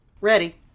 ready